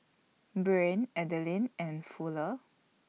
Breann Adilene and Fuller